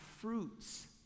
fruits